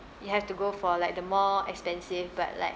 you have to go for like the more expensive but like